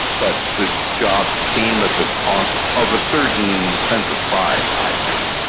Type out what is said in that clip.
but the job came at the cost of a certain sense of pride, i think.